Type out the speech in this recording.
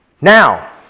Now